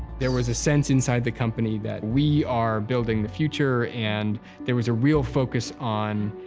there was a sense inside the company that we are building the future and there was a real focus on